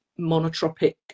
monotropic